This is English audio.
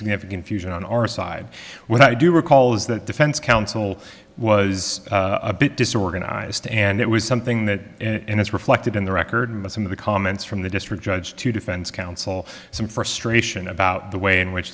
significant fusion on our side when i do recall is that defense counsel was a bit disorganized and it was something that and it's reflected in the record that some of the comments from the district judge to defense counsel some frustration about the way in which